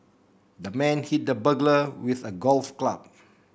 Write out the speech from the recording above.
the man hit the burglar with a golf club